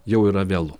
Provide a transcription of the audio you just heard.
jau yra vėlu